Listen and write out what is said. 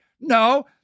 No